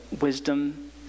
wisdom